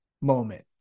moment